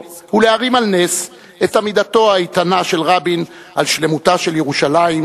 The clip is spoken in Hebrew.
ולהרים על נס את עמידתו האיתנה של רבין על שלמותה של ירושלים,